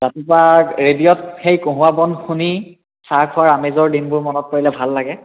ৰাতিপুৱা ৰেডিঅ'ত সেই কঁহুৱা বন শুনি চাহ খোৱাৰ আমেজৰ দিনবোৰ মনত পৰিলে ভাল লাগে